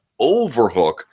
overhook